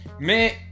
Mais